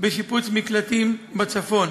בשיפוץ מקלטים בצפון.